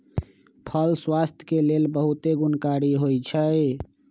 फल स्वास्थ्य के लेल बहुते गुणकारी होइ छइ